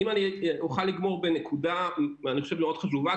אם אני אוכל לגמור בנקודה חשובה,